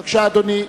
בבקשה, אדוני.